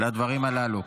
לדברים הללו.